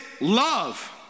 love